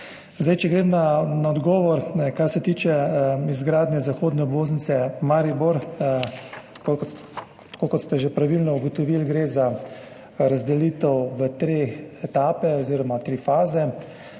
zadnji. Če odgovorim glede izgradnje zahodne obvoznice Maribor. Tako kot ste že pravilno ugotovili, gre za razdelitev v tri etape oziroma tri faze.